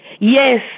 Yes